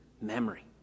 memory